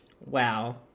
Wow